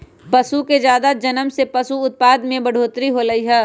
पशु के जादा जनम से पशु उत्पाद में बढ़ोतरी होलई ह